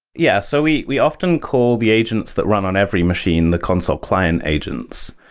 yeah. so we we often call the agents that run on every machine the consul client agents,